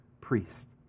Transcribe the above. priest